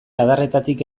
adarretatik